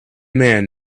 man